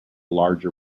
larger